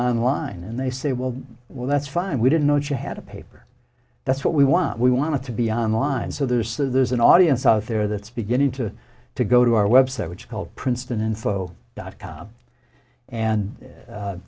on line and they say well well that's fine we didn't know you had a paper that's what we want we want it to be on line so there's that there's an audience out there that's beginning to to go to our web site which called princeton info dot com and